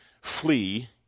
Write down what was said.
flee